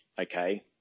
okay